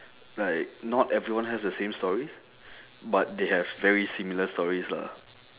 like not everyone has the same story but they have very similar stories lah